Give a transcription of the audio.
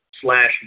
slash